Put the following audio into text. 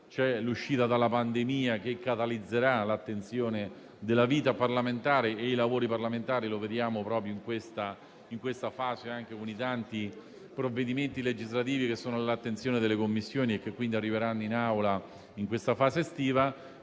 cui l'uscita dalla pandemia catalizzerà l'attenzione della vita parlamentare e dei lavori parlamentari, come vediamo anche ora con i tanti provvedimenti legislativi che sono all'attenzione delle Commissioni e che quindi arriveranno in Aula nel periodo estivo.